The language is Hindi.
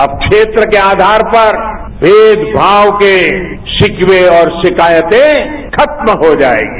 अब क्षेत्र के आधार पर भेदभाव के शिकवे और शिकायतें खत्म हो जाएंगी